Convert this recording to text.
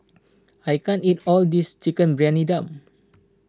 I can't eat all this Chicken Briyani Dum